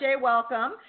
welcome